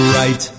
right